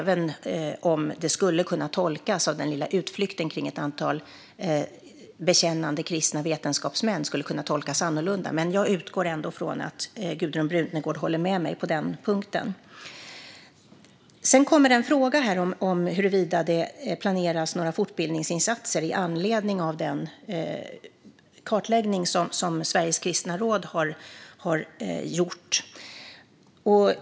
Det skulle kunna tolkas annorlunda, med tanke på den lilla utflykten kring ett antal bekännande kristna vetenskapsmän, men jag utgår ändå från att Gudrun Brunegård håller med mig på den punkten. Det kom en fråga om huruvida det planeras några fortbildningsinsatser med anledning av den kartläggning som Sveriges kristna råd har gjort.